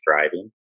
thriving